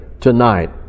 tonight